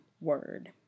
word